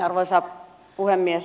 arvoisa puhemies